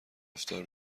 افطار